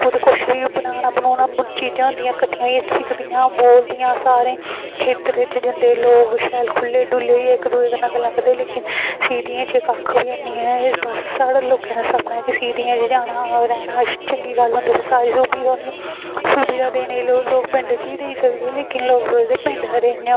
पूरी कोशिश होंदी बनाना बनाना चीज़ां होंदियां ओह् कट्ठे होइयै बोलदियां साढ़े खेत्तरें च जंदे लोग शैल खुल्ले डुल्ले होइये गल्लां करदे लेकिन सिटी बिच कक्ख निं ऐ एह् सिर्फ साढ़े लोकें दा सपना कि सिटियें च जाना रौह्ना ते चंगी गल्ल होंदी सारी ते छुट्टियें दी गल्ल ऐ लेकिन लोग झीरें गी सददे पिंड इंया गै